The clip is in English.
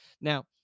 Now